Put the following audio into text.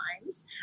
times